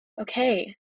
Okay